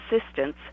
assistance